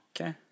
Okay